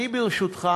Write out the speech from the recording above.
ברשותך